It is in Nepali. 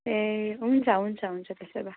ए हुन्छ हुन्छ हुन्छ त्यसो भए